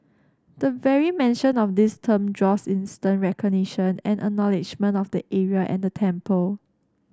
the very mention of this term draws instant recognition and acknowledgement of the area and the temple